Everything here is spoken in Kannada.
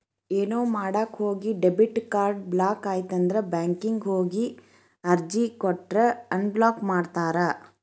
ಏನೋ ಮಾಡಕ ಹೋಗಿ ಡೆಬಿಟ್ ಕಾರ್ಡ್ ಬ್ಲಾಕ್ ಆಯ್ತಂದ್ರ ಬ್ಯಾಂಕಿಗ್ ಹೋಗಿ ಅರ್ಜಿ ಕೊಟ್ರ ಅನ್ಬ್ಲಾಕ್ ಮಾಡ್ತಾರಾ